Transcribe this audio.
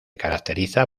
caracterizan